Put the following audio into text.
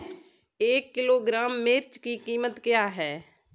एक किलोग्राम मिर्च की कीमत क्या है?